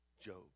Job